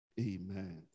Amen